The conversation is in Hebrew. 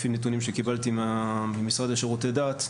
לפי נתונים שקיבלתי ממשרד לשירותי דת: